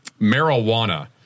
marijuana